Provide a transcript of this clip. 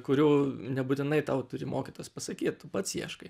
kurių nebūtinai tau turi mokytis pasakyt tu pats ieškai